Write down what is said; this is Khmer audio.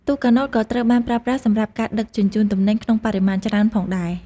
ទូកកាណូតក៏ត្រូវបានប្រើប្រាស់សម្រាប់ការដឹកជញ្ជូនទំនិញក្នុងបរិមាណច្រើនផងដែរ។